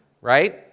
right